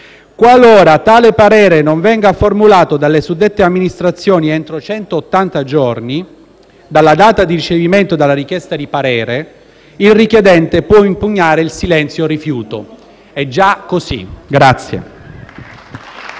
Qualora tale parere non venga formulato dalle suddette amministrazioni entro centottanta giorni dalla data di ricevimento della richiesta di parere, il richiedente può impugnare il silenzio-rifiuto». È già così.